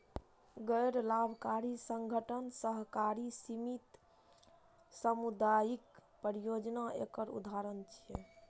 गैर लाभकारी संगठन, सहकारी समिति, सामुदायिक परियोजना एकर उदाहरण छियै